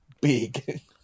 big